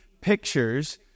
pictures